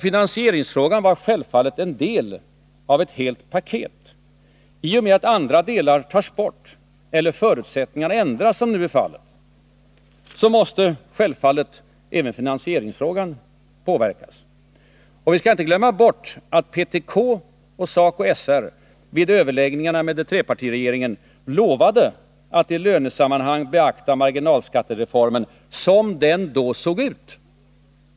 Finansieringsfrågan var självfallet en del av ett helt paket. I och med att andra delar tas bort, eller förutsättningarna ändras som nu är fallet, måste givetvis också finansieringsfrågan påverkas. Vi skall inte heller glömma bort att PTK och SACO/SR vid överläggningarna med trepartiregeringen lovade att i lönesammanhang beakta marginalskattereformen som den då såg ut.